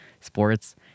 sports